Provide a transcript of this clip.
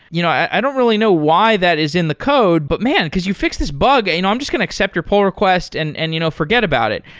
you know i don't really know why that is in the code, but man! because you fixed this bug, and i'm just going to accept your poll request and and you know forget about it.